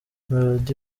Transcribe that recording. melody